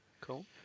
cool